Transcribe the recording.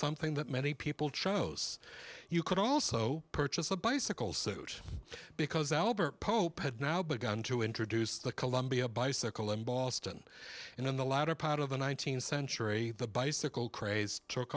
something that many people chose you could all so purchase a bicycle suit because albert pope had now begun to introduce the columbia bicycle in boston and in the latter part of the nineteenth century the bicycle craze took